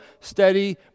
steady